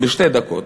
בשתי דקות.